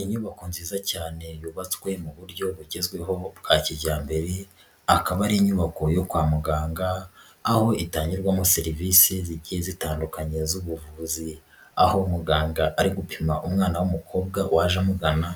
Inyubako nziza cyane yubatswe mu buryo bugezwehoho bwa kijyambere, akaba ari inyubako yo kwa muganga aho itangirwamo serivisi zigiye zitandukanye z'ubuvuzi, aho umuganda ari gupima umwana w'umukobwa waje amugana